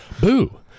boo